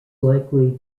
likely